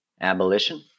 Abolition